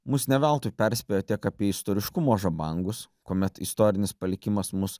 mus ne veltui perspėjo tiek apie istoriškumo žabangus kuomet istorinis palikimas mus